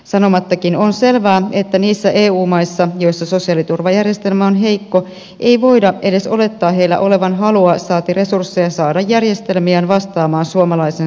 sanomattakin on selvää että niissä eu maissa joissa sosiaaliturvajärjestelmä on heikko ei voida edes olettaa heillä olevan halua saati resursseja saada järjestelmiään vastaamaan suomalaisen sosiaaliturvan tasoa